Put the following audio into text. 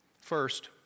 First